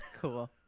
Cool